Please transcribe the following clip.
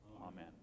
Amen